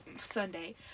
Sunday